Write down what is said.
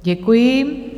Děkuji.